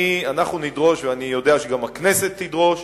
אנחנו נדרוש, ואני יודע שגם הכנסת תדרוש,